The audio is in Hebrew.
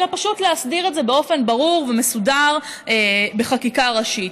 אלא פשוט להסדיר את זה באופן ברור ומסודר בחקיקה ראשית.